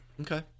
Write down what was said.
okay